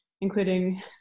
including